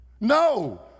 no